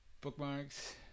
Bookmarks